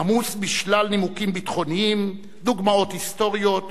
עמוס בשלל נימוקים ביטחוניים, דוגמאות היסטוריות